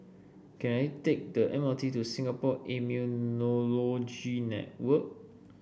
can I take the M R T to Singapore Immunology Network